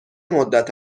مدت